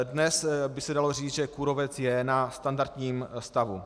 Dnes by se dalo říct, že kůrovec je na standardním stavu.